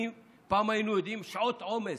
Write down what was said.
פעם היינו יודעים על שעות עומס,